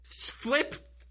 flip